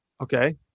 okay